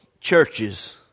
churches